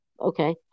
Okay